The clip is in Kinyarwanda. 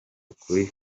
kuri